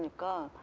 car.